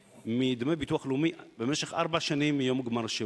מדמי ביטוח לאומי במשך ארבע שנים מיום גמר השירות.